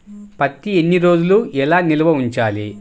పత్తి ఎన్ని రోజులు ఎలా నిల్వ ఉంచాలి?